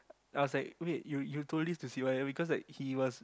I was like wait you you told this to Sivaya because like he was